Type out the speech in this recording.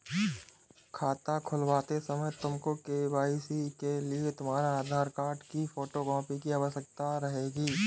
खाता खुलवाते समय तुमको के.वाई.सी के लिए तुम्हारे आधार कार्ड की फोटो कॉपी की आवश्यकता रहेगी